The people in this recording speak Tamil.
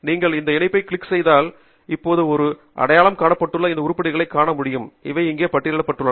நீங்கள் இந்த இணைப்பைக் கிளிக் செய்தால் இப்போது நாம் இப்போது அடையாளம் காணப்பட்டுள்ள அந்த உருப்படிகளைக் காண முடியும் அவை இங்கே பட்டியலிடப்பட்டுள்ளன